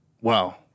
wow